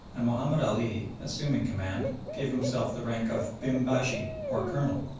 and mahomed ali, assuming command, gave himself the rank of bim-bashi, or colonel.